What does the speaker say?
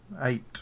Eight